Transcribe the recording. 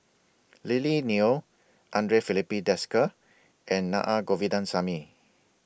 Lily Neo Andre Filipe Desker and Naa Govindasamy